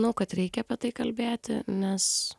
manau kad reikia apie tai kalbėti nes